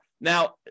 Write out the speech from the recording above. Now